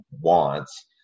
wants